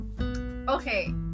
okay